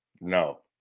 No